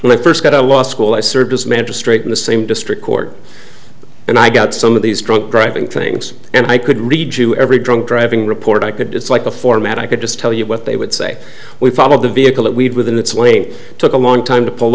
when i first got to law school i served as mantra straight in the same district court and i got some of these drunk driving trains and i could read to every drunk driving report i could it's like a format i could just tell you what they would say we followed the vehicle that we had within its way to a long time to pull